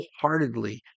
wholeheartedly